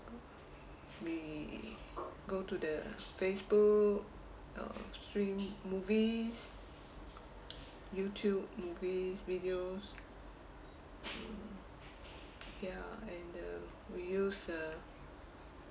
we go to the Facebook uh stream movies YouTube movies videos ya and uh we use uh